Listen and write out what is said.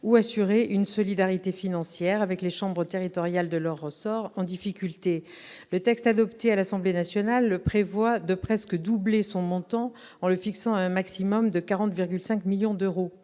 ou assurer une solidarité financière avec les chambres territoriales de leur ressort en difficulté. Le texte adopté par l'Assemblée nationale prévoit de presque doubler son montant, en le fixant à un maximum de 40,5 millions d'euros.